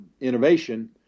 innovation